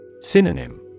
Synonym